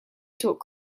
taught